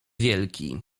wielki